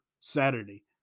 Saturday